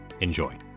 Enjoy